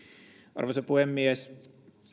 arvoisa puhemies